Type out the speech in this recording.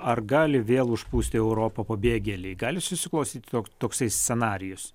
ar gali vėl užplūsti europą pabėgėliai gali susiklostyti tok toks scenarijus